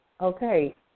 okay